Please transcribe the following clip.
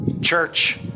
Church